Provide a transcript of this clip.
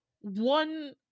one-